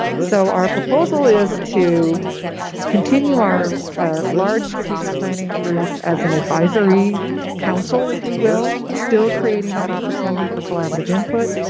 so our proposal is to continue our large strategic planning group as an advisory council. if you will still creating an opportunity for collaborative input,